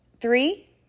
three